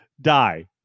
die